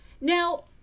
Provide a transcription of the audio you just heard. now